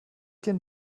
den